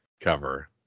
cover